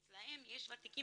אצלם יש ותיקים